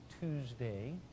Tuesday